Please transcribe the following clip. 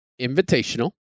invitational